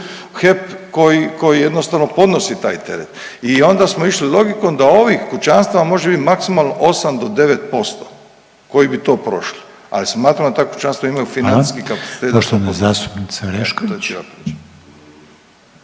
koji jednostavno podnosi taj teret. I onda smo išli logikom da ovih kućanstava može biti maksimalno 8 do 9% koji bi to prošli, ali smatramo da ta kućanstva imaju financijski